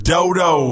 Dodo